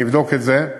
אני אבדוק את זה.